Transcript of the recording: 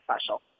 special